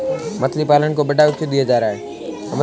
मछली पालन को बढ़ावा क्यों दिया जा रहा है?